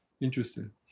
interesting